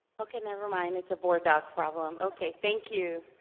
okay, nevermind it's a board doc problem. okay, thank you.